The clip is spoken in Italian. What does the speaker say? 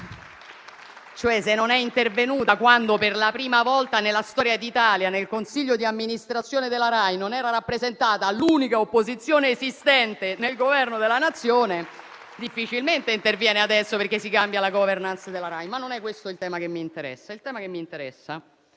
Cioè, se non è intervenuta quando, per la prima volta nella storia d'Italia, nel consiglio di amministrazione della RAI non era rappresentata l'unica opposizione esistente al Governo della Nazione, difficilmente lo farà adesso perché si è cambiata la *governance* della RAI, ma non è questo il tema che mi interessa.